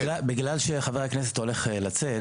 בגלל שחבר הכנסת הולך לצאת,